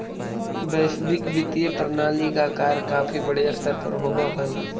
वैश्विक वित्तीय प्रणाली का कार्य काफी बड़े स्तर पर होवअ हई